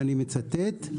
ואני מצטט,